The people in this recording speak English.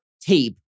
tape